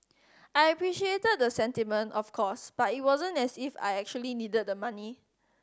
I appreciated the sentiment of course but it wasn't as if I actually needed the money